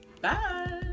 bye